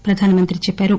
ప్రధానమంత్రి చెప్పారు